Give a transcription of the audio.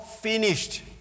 finished